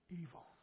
Evil